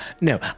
No